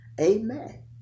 Amen